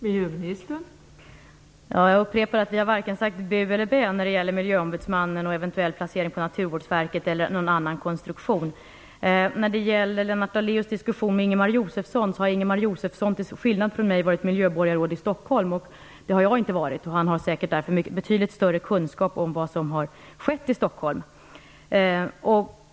Fru talman! Jag upprepar att vi inte har sagt vare sig bu eller bä till en placering av miljöombudsmannen på Naturvårdsverket eller till någon annan konstruktion. Vad gäller Lennart Daléus diskussion om Ingemar Josefsson vill jag säga att Ingemar Josefsson till skillnad från mig har varit miljöborgarråd i Stockholm. Han har därför säkerligen betydligt större kunskap om vad som har skett i Stockholm.